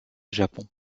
japon